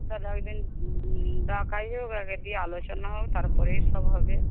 তবে একদিন ডাকাই হোক দিয়ে আলোচনা হোক তারপরে সব হবে